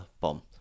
bomb